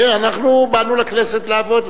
אנחנו באנו לכנסת לעבוד,